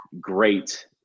great